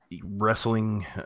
wrestling